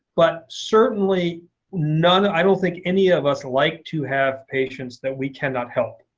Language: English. but certainly none i don't think any of us like to have patients that we cannot help.